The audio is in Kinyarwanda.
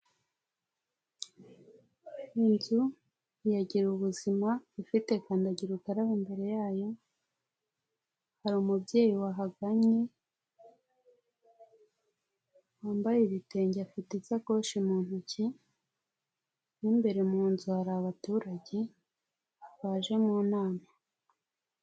Inzu ya gira ubuzima ifite kandagira ukarabe imbere yayo, hari umubyeyi wahagannye wambaye ibitenge afite isakoshi mu ntoki, mu imbere mu nzu hari abaturage baje mu nama.